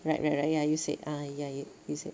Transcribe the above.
righ right right ya you said ah ya you said